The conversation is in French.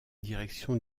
direction